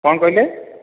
କ'ଣ କହିଲେ